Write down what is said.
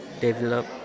develop